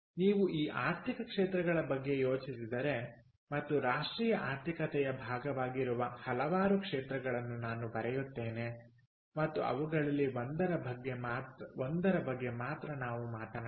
ನೀವು ಈ ಆರ್ಥಿಕ ಕ್ಷೇತ್ರಗಳ ಬಗ್ಗೆ ಯೋಚಿಸಿದರೆ ಮತ್ತು ರಾಷ್ಟ್ರೀಯ ಆರ್ಥಿಕತೆಯ ಭಾಗವಾಗಿರುವ ಹಲವಾರು ಕ್ಷೇತ್ರಗಳನ್ನು ನಾನು ಬರೆಯುತ್ತೇನೆ ಮತ್ತು ಅವುಗಳಲ್ಲಿ ಒಂದರ ಬಗ್ಗೆ ಮಾತ್ರ ನಾವು ಮಾತನಾಡೋಣ